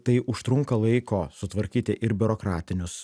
tai užtrunka laiko sutvarkyti ir biurokratinius